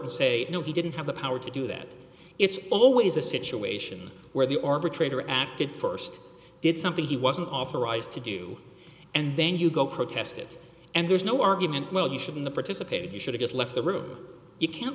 and say no he didn't have the power to do that it's always a situation where the arbitrator acted st did something he wasn't authorized to do and then you go protest it and there's no argument well you should in the participate you should have just left the room you can't